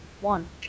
one